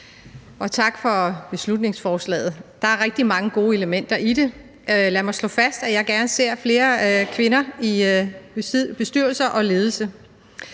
Tak for beslutningsforslaget. Der er rigtig mange gode elementer i det. Lad mig slå fast, at jeg gerne ser flere kvinder i bestyrelser og ledelser.